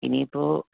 ഇനി ഇപ്പോൾ